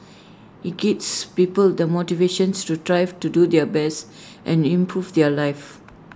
IT gives people the motivations to strive to do their best and improve their lives